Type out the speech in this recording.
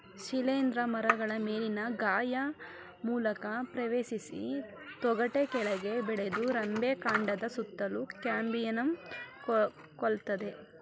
ಶಿಲೀಂಧ್ರ ಮರಗಳ ಮೇಲಿನ ಗಾಯ ಮೂಲಕ ಪ್ರವೇಶಿಸಿ ತೊಗಟೆ ಕೆಳಗೆ ಬೆಳೆದು ರೆಂಬೆ ಕಾಂಡದ ಸುತ್ತಲೂ ಕ್ಯಾಂಬಿಯಂನ್ನು ಕೊಲ್ತದೆ